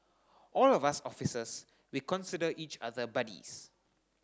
all of us officers we consider each other buddies